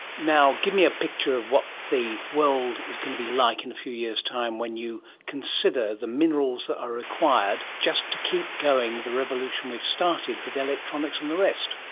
now, give me a picture of what the world is going to be like in a few years time when you consider the minerals that are required just to keep going the revolution we've started with electronics and the rest.